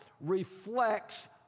reflects